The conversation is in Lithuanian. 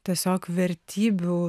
tiesiog vertybių